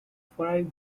five